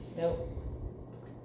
Nope